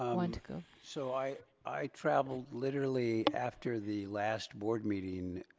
ah want to go? so i i traveled literally after the last board meeting.